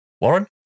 Warren